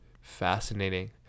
fascinating